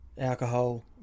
alcohol